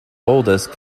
oldest